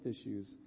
issues